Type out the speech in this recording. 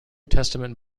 testament